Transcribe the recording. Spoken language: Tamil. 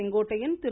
செங்கோட்டையன் திரு